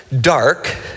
dark